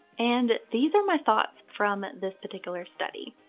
and these are my thoughts from this particular study.